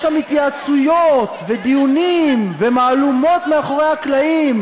יש שם התייעצויות ודיונים ומהלומות מאחורי הקלעים: